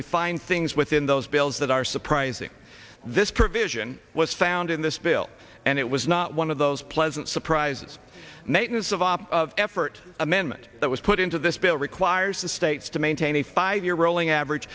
we find things within those bills that are surprising this provision was found in this bill and it was not one of those pleasant surprises natans of op effort amendment that was put into this bill requires the states to maintain a five year rolling average